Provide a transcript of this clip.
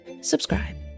subscribe